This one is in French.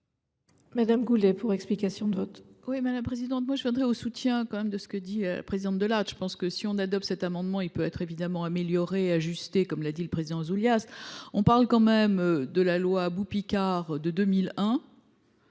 Nathalie Goulet, pour explication de vote.